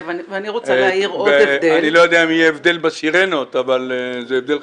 אני לא יודע אם יהיה הבדל בסירנות אבל זה הבדל חשוב.